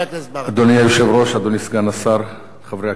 אדוני היושב-ראש, אדוני סגן השר, חברי הכנסת,